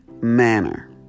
manner